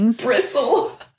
bristle